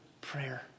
prayer